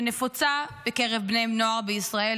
שנפוצה עדיין בקרב בני נוער בישראל,